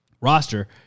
roster